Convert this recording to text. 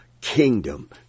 kingdom